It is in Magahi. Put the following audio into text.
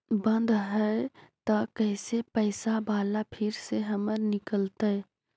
बन्द हैं त कैसे पैसा बाला फिर से हमर निकलतय?